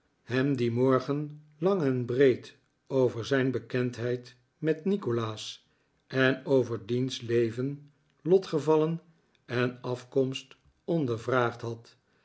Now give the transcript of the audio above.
hem dien morgen lang en breed over zijn bekendheid met nikolaas en over diens leven lotgevallen en afkomst ondervraagd had